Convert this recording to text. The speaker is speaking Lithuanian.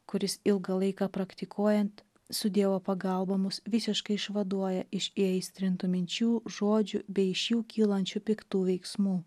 kuris ilgą laiką praktikuojant su dievo pagalba mus visiškai išvaduoja iš įaistrintų minčių žodžių bei iš jų kylančių piktų veiksmų